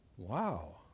Wow